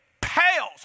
pales